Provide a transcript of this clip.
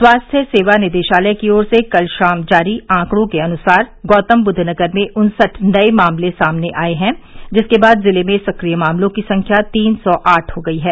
स्वास्थ्य सेवा निदेशालय की ओर से कल शाम जारी आंकड़ों के अनुसार गौतमबुद्ध नगर में उन्सठ नए मामले सामने आये हैं जिसके बाद जिले में सक्रिय मामलों की संख्या तीन सौ आठ हो गई है